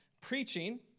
preaching